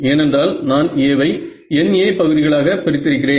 ஏனென்றால் நான் A வை NA பகுதிகளாக பிரித்திருக்கிறேன்